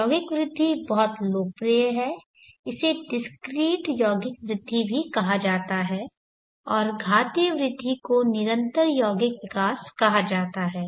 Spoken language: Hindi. यौगिक वृद्धि बहुत लोकप्रिय है इसे डिस्क्रीट यौगिक वृद्धि भी कहा जाता है और घातीय वृद्धि को निरंतर यौगिक विकास कहा जाता है